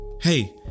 Hey